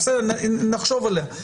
נחשוב עליה.